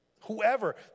whoever